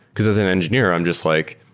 because as an engineer i'm just like,